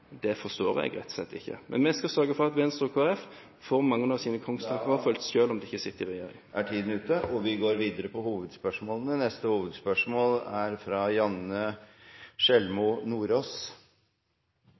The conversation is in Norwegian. forstår jeg rett og slett ikke. Men vi skal sørge for at Venstre og Kristelig Folkeparti får mange av sine kongstanker fulgt opp selv om de ikke sitter i regjering. Vi går videre til neste hovedspørsmål. Mitt hovedspørsmål går